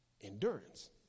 endurance